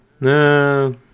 no